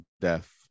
death